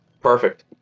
Perfect